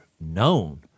known